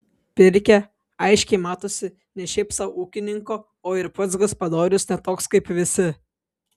pirkia aiškiai matosi ne šiaip sau ūkininko o ir pats gaspadorius ne toks kaip visi